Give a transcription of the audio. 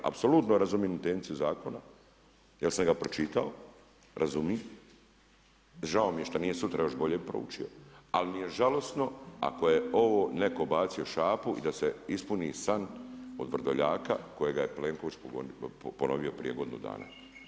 Apsolutno razumijem intenciju zakona, jer sam ga pročitao, razumijem, žao mi je što nije sutra još bolje proučio, ali mi je žalosno, ako je ovo netko bacio šapu i da se ispuni san od Vrdoljaka, kojega je Plenković ponovio prije godinu dana.